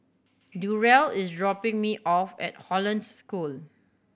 Durell is dropping me off at Hollandse School